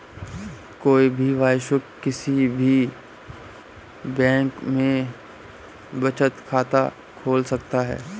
कोई भी वयस्क किसी भी बैंक में बचत खाता खोल सकता हैं